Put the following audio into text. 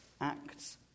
Acts